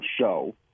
show